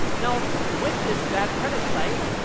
now, with this bad credit site,